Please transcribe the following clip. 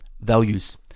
Values